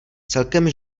celkem